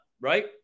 right